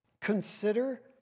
Consider